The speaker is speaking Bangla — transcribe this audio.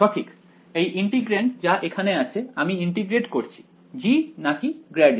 সঠিক এই ইন্টিগ্রান্ড যা এখানে আছে আমি ইন্টিগ্রেট করছি g নাকি ∇g